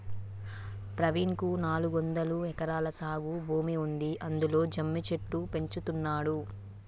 ప్రవీణ్ కు నాలుగొందలు ఎకరాల సాగు భూమి ఉంది అందులో జమ్మి చెట్లు పెంచుతున్నాడు